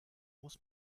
muss